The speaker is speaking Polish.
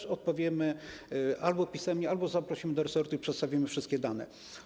Albo odpowiemy pisemnie, albo zaprosimy do resortu i przedstawimy wszystkie dane.